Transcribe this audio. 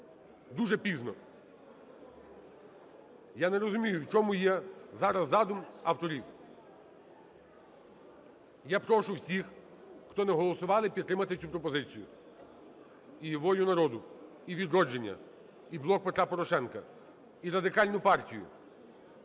дуже пізно. Я не розумію, в чому є зараз задум авторів. Я прошу всіх, хто не голосували, підтримати цю пропозицію: і "Волю народу", і "Відродження", і "Блок Петра Порошенка", і Радикальну партію.